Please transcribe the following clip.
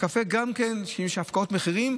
גם בקפה יש הפקעות מחירים,